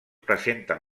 presenten